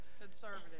conservative